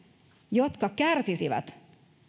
jotka kärsisivät